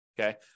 Okay